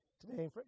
today